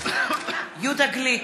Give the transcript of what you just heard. יהודה גליק,